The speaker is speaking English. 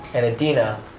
and adina,